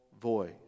voice